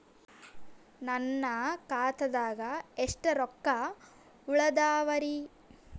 ನನ್ನ ಖಾತಾದಾಗ ಎಷ್ಟ ರೊಕ್ಕ ಉಳದಾವರಿ?